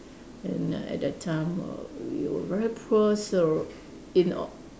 and uh at that time err we were very poor so you in o~